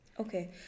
Okay